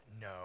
no